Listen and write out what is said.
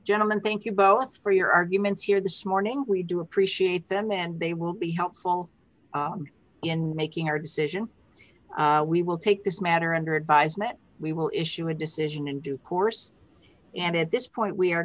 gentlemen thank you both for your arguments here this morning we do appreciate them and they will be helpful in making our decision we will take this matter under advisement we will issue a decision in due course and at this point we are